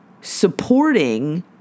supporting